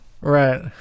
right